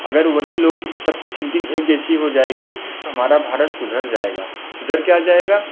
अगर वही लोग सब की थिंकिंग एक जैसी हो जाएगी तो हमारा भारत सुधर जाएगा सुधर क्या जाएगा